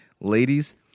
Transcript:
Ladies